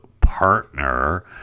partner